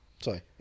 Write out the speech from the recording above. sorry